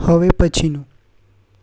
હવે પછીનું